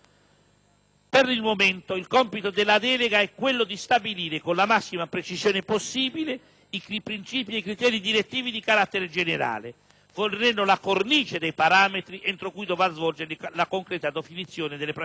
Per il momento, il compito della delega è solo quello di stabilire, con la massima precisione possibile, i principi e criteri direttivi di carattere generale, fornendo la sola cornice dei parametri entro cui dovrà svolgersi la concreta definizione delle grandezze